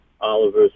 Oliver